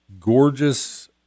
gorgeous